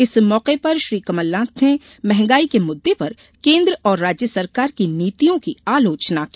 इस मौके पर श्री कमलनाथ ने मंहगाई के मुददे पर केन्द्र और राज्य सरकार की नीतियों की आलोचना की